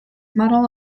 model